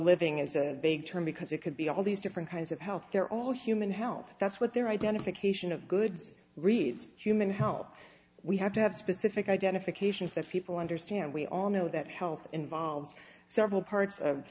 living is a big term because it could be all these different kinds of health they're all human health that's what their identification of goods reads human health we have to have specific identifications that people understand we all know that health involves several parts of